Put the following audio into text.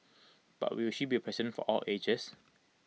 but will she be A president for all ages